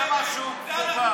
של זה הוא קורבן.